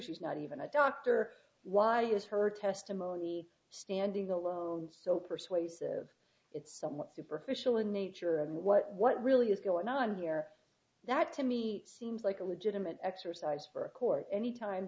she's not even a doctor why is her testimony standing alone so persuasive it's somewhat superficial in nature of what what really is going on here that to me seems like a legitimate exercise for a court any time